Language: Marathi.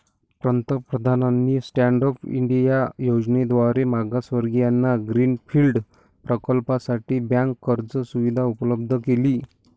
पंतप्रधानांनी स्टँड अप इंडिया योजनेद्वारे मागासवर्गीयांना ग्रीन फील्ड प्रकल्पासाठी बँक कर्ज सुविधा उपलब्ध केली